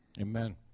Amen